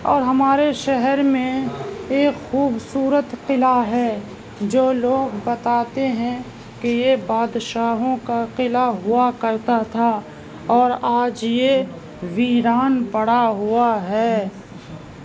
اور ہمارے شہر میں ایک خوبصورت قلعہ ہے جو لوگ بتاتے ہیں کہ یہ بادشاہوں کا قلعہ ہوا کرتا تھا اور آج یہ ویران پڑا ہوا ہے